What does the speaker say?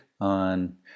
on